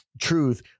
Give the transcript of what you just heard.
truth